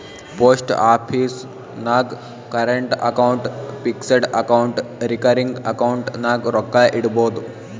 post office ನಾಗ್ current account, fixed account, recurring account ನಾಗ್ ರೊಕ್ಕಾ ಇಡ್ಬೋದ್